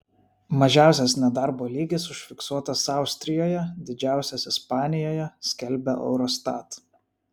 mažiausias nedarbo lygis užfiksuotas austrijoje didžiausias ispanijoje skelbia eurostat